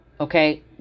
okay